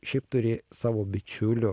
šiaip turi savo bičiulių